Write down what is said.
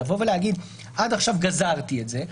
לבוא ולהגיד עד עכשיו גזרתי את זה,